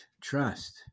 trust